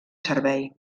servei